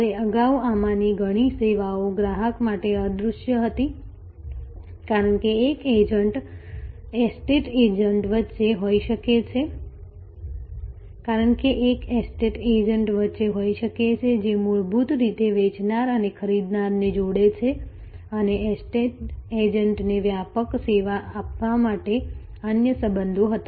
હવે અગાઉ આમાંની ઘણી સેવાઓ ગ્રાહક માટે અદૃશ્ય હતી કારણ કે એક એસ્ટેટ એજન્ટ વચ્ચે હોઈ શકે છે જે મૂળભૂત રીતે વેચનાર અને ખરીદનારને જોડે છે અને એસ્ટેટ એજન્ટને વ્યાપક સેવા આપવા માટે અન્ય સંબંધો હતા